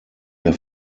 der